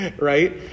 right